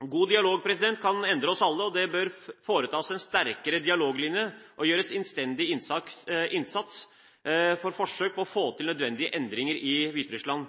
God dialog kan endre oss alle. Det bør foretas en sterkere dialoglinje og gjøres innstendig innsats, forsøk på å få til nødvendige endringer i Hviterussland.